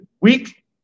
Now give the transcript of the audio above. weak